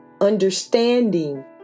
Understanding